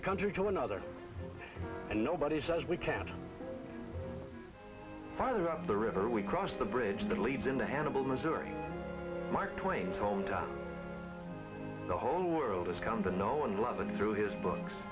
the country to another and nobody says we can't find the river we cross the bridge that leads into hannibal missouri mark twain's hometown the whole world has come to know and love and through his books